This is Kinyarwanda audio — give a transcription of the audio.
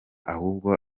ahubwo